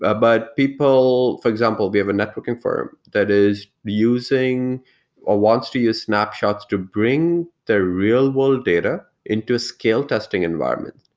ah but people for example, we have a networking firm that is using or wants to use snapshots to bring the real-world data into a scale testing environment,